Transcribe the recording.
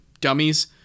dummies